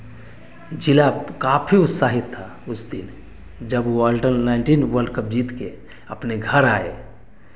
जिला काफ़ी उत्साहित था उस दिन जब वह अल्टर नाइनटीन वर्ल्ड कप जीत के अपने घर आए